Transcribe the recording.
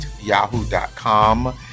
yahoo.com